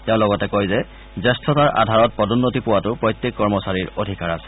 তেওঁ লগতে কয় যে জ্যেষ্ঠতাৰ আধাৰত পদোন্নতি পোৱাতো প্ৰত্যেক কৰ্মচাৰীৰ অধিকাৰ আছে